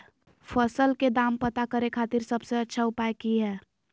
फसल के दाम पता करे खातिर सबसे अच्छा उपाय की हय?